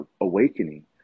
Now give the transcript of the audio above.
awakening